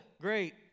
Great